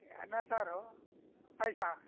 ಅನ್ನ ಸಾರು ಪಾಯಸ